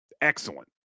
Excellent